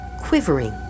quivering